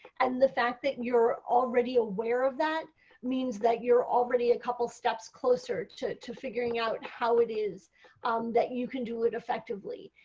and the fact that you are already aware of that means that you are already a couple steps closer to to figuring out how it is um that you can do it effectively.